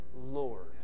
Lord